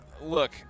look